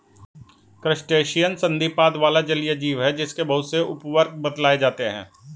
crustacean संधिपाद वाला जलीय जीव है जिसके बहुत से उपवर्ग बतलाए जाते हैं